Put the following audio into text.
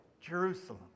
Jerusalem